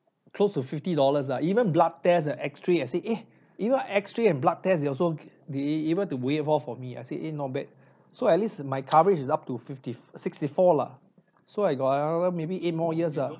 close to fifty dollars ah even blood test and xray I say eh even xray and blood tests you also a~ a~ able to waive off for me ah I said eh not bad so at least my coverage is up to fifty sixty four lah so I got another maybe eight more years ah